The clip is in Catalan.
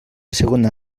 segona